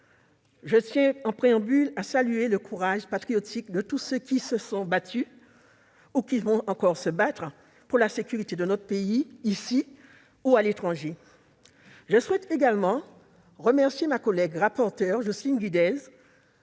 je tiens en préambule à saluer le courage patriotique de tous ceux qui se sont battus ou qui vont encore se battre pour la sécurité de notre pays, ici ou à l'étranger. Je souhaite également remercier Jocelyne Guidez